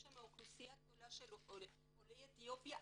בהם אוכלוסייה גדולה של עולי אתיופיה.